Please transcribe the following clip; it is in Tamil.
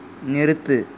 நிறுத்து